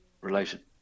related